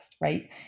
right